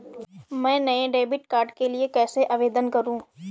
मैं नए debit card के लिए कैसे आवेदन करूं?